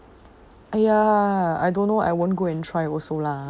!aiya! I don't know I won't go and try also lah